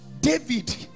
David